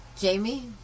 Jamie